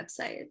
website